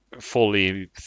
fully